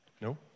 No